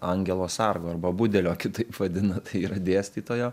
angelo sargo arba budelio kitaip vadina tai yra dėstytojo